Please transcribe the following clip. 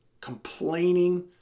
complaining